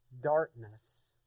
Darkness